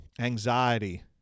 anxiety